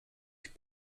ich